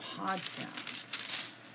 podcast